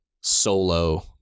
Solo